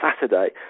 Saturday